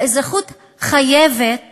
האזרחות חייבת